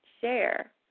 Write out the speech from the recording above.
share